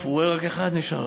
בסוף הוא רואה: רק אחד נשאר.